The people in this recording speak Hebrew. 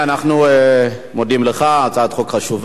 אנחנו מודים לך, הצעת חוק חשובה.